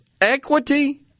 Equity